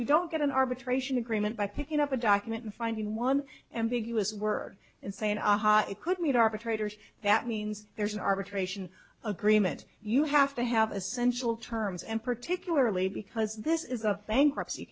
you don't get an arbitration agreement by picking up a document and finding one ambiguous word and saying aha it could mean arbitrators that means there's an arbitration agreement you have to have essential terms and particularly because this is a bankruptcy